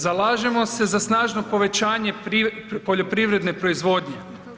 Zalažemo se za snažno povećanje poljoprivredne proizvodnje.